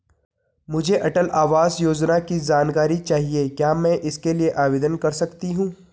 मुझे अटल आवास योजना की जानकारी चाहिए क्या मैं इसके लिए आवेदन कर सकती हूँ?